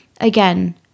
again